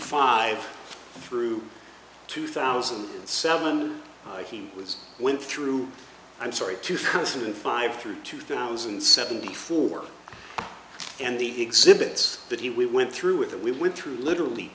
five through two thousand and seven he was went through i'm sorry to house and five through two thousand and seventy four and the exhibits that he we went through with that we went through literally